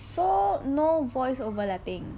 so no voice overlapping